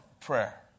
prayer